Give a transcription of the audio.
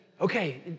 Okay